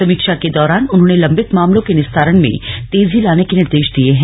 समीक्षा के दौरान उन्होंने लम्बित मामलों के निस्तारण में तेजी लाने के निर्देश दिये हैं